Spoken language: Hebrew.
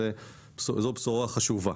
זו בשורה חשובה.